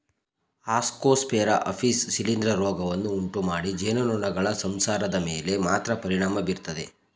Ascosphaera ಆಪಿಸ್ ಶಿಲೀಂಧ್ರ ರೋಗವನ್ನು ಉಂಟುಮಾಡಿ ಜೇನುನೊಣಗಳ ಸಂಸಾರದ ಮೇಲೆ ಮಾತ್ರ ಪರಿಣಾಮ ಬೀರ್ತದೆ